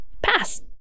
pass